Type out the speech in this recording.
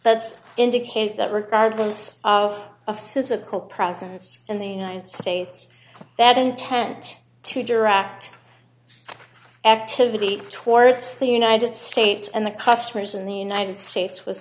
buds indicate that regardless of a physical presence in the united states that intent to direct activity towards the united states and the customers in the united states was